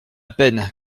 peine